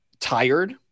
tired